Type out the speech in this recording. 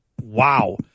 Wow